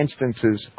instances